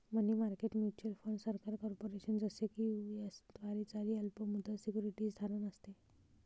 मनी market mutual fund सरकार, corporation, जसे की यू.एस द्वारे जारी अल्प मुदत सिक्युरिटीज धारण असते